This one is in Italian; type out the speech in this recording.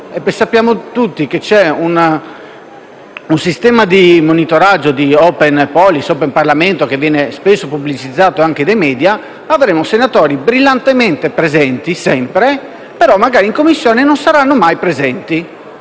Sappiamo tutti che c'è un sistema di monitoraggio, di *open policy*, *open* Parlamento, che viene spesso pubblicizzato anche dai *media:* avremo quindi senatori brillantemente presenti sempre in Assemblea, che però in Commissione non saranno mai presenti.